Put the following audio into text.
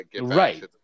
Right